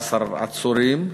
14 עצורים.